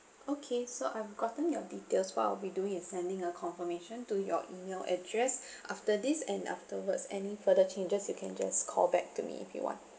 okay so I've gotten your details what I'll be doing is sending a confirmation to your email address after this and afterwards any further changes you can just call back to me if you want